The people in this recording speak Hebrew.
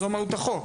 זו מהות החוק.